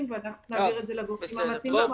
ואנחנו נעביר את זה לגופים המתאימים.